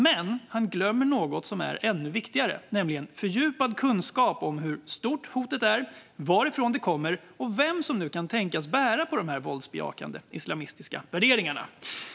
Men han glömmer något som är ännu viktigare, nämligen fördjupad kunskap om hur stort hotet är, varifrån det kommer och vem som kan tänkas bära på de här våldsbejakande islamistiska värderingarna.